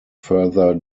further